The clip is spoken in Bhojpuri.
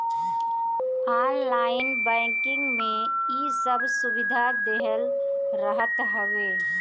ऑनलाइन बैंकिंग में इ सब सुविधा देहल रहत हवे